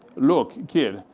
look, kid.